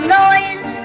noise